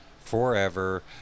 Forever